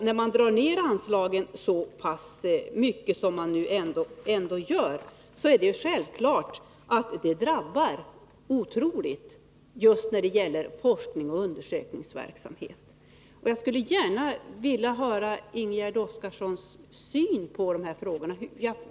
När man drar ner anslagen så pass mycket är det självklart att det drabbar just forskning och undersökningsverksamhet otroligt hårt. Jag skulle gärna vilja höra Ingegärd Oskarssons uppfattning om dessa frågor.